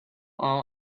all